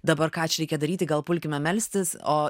dabar ką čia reikia daryti gal pulkime melstis o